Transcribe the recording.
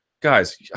Guys